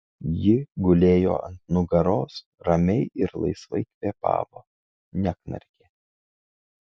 ji gulėjo ant nugaros ramiai ir laisvai kvėpavo neknarkė